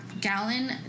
gallon